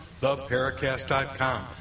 theparacast.com